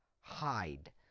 Hide